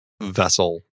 vessel